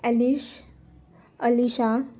Alice Alisha